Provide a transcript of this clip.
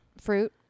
fruit